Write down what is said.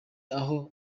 aho